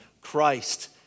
christ